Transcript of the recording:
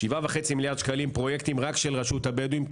שבעה וחצי מיליארד שקלים פרויקטים רק של רשות הבדואים,